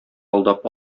алдап